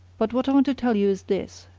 but what i want to tell you is this,